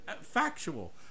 factual